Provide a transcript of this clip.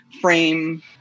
frame